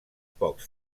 pocs